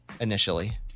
initially